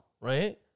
right